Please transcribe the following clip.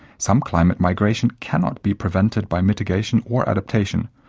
some climate migration cannot be prevented by mitigation or adaptation,